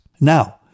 Now